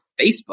Facebook